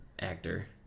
actor